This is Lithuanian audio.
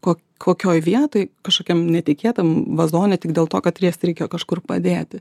ko kokioj vietoj kažkokiam netikėtam vazone tik dėl to kad riest reikėjo kažkur padėti